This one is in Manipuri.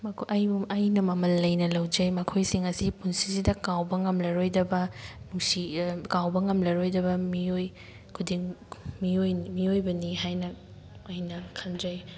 ꯃꯈꯣꯏ ꯑꯩ ꯑꯩꯅ ꯃꯃꯜ ꯂꯩꯅ ꯂꯧꯖꯩ ꯃꯈꯣꯏꯁꯤꯡ ꯑꯁꯤ ꯄꯨꯟꯁꯤꯁꯤꯗ ꯀꯥꯎꯕ ꯉꯝꯂꯔꯣꯏꯗꯕ ꯅꯨꯡꯁꯤ ꯀꯥꯎꯕ ꯉꯝꯂꯔꯣꯏꯗꯕ ꯃꯤꯑꯣꯏ ꯈꯨꯗꯤꯡ ꯃꯤꯑꯣꯏ ꯃꯤꯑꯣꯏꯕꯅꯤ ꯍꯥꯏꯅ ꯑꯩꯅ ꯈꯟꯖꯩ